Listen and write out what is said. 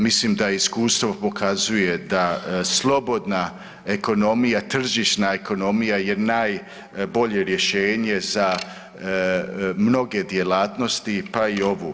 Mislim da iskustvo pokazuje da slobodna ekonomija, tržišna ekonomija je najbolje rješenje za mnoge djelatnosti pa i ovu.